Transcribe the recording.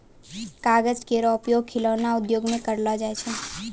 कागज केरो उपयोग खिलौना उद्योग म करलो जाय छै